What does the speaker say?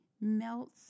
melts